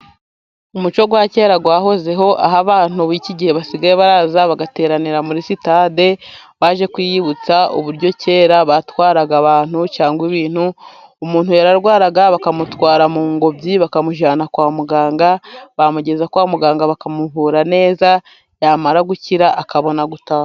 Umuco wa kera wahozeho, aho abantu biiki gihe basigaye baraza bagateranira muri sitade, baje kwiyibutsa uburyo kera batwaraga, abantu cyangwa ibintu, umuntu yararwaraga bakamutwara mu ngobyi, bakamujyana kwa muganga, bamugeza kwa muganga bakamuvu neza, yamara gukira akabona gutaha.